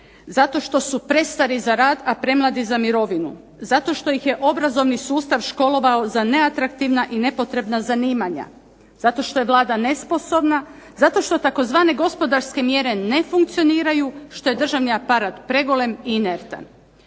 zato što su prestari za rad, a premladi za mirovinu, zato što ih je obrazovni sustav školovao za neatraktivna i nepotrebna zanimanja, zato što je Vlada nesposobna, zato što tzv. gospodarske mjere ne funkcioniraju, što je državni aparat pregolem i inertan.